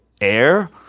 air